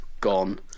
gone